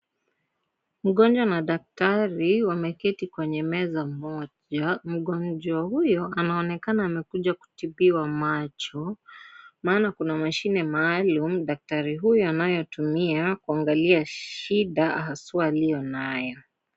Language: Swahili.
Mgonjwa na daktari wameketi kwenye meza moja. Mgonjwa huyo anaonekana amekuja kutibiwa macho maana kuna mashine maalum daktari huyo anayotumia kuangalia shida haswa aliyonayo.